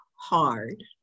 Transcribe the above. hard